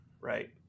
Right